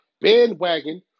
bandwagon